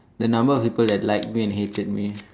the number of people that like me and hated me